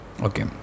Okay